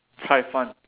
cai-fan